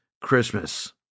Christmas